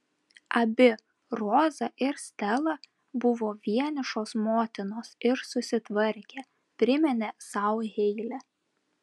abi roza ir stela buvo vienišos motinos ir susitvarkė priminė sau heile